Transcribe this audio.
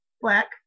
black